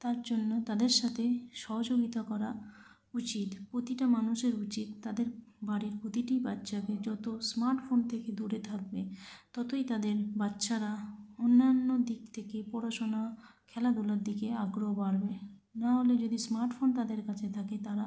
তার জন্য তাদের সাথে সহযোগিতা করা উচিত প্রতিটা মানুষের উচিত তাদের বাড়ির প্রতিটি বাচ্চাকে যত স্মার্টফোন থেকে দূরে থাকবে ততই তাদের বাচ্চারা অন্যান্য দিক থেকে পড়াশোনা খেলাধূলার দিকে আগ্রহ বাড়বে না হলে যদি স্মার্টফোন তাদের কাছে থাকে তারা